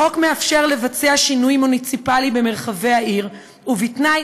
החוק מאפשר לבצע שינויים מוניציפליים במרחבי העיר בתנאי